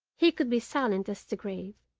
he could be silent as the grave,